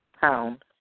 Pound